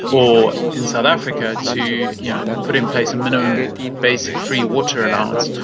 or in south africa to yeah put in place a minimum basic free water allowance,